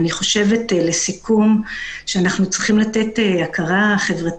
אני מזכיר ממש לקראת סיום שיש לנו היום כלים אפקטיביים במישור הפלילי.